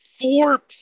four